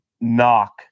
knock